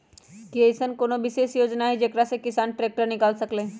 कि अईसन कोनो विशेष योजना हई जेकरा से किसान ट्रैक्टर निकाल सकलई ह?